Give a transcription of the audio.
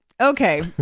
Okay